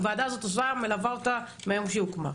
הוועדה הזאת מלווה אותה מהיום שהיא הוקמה.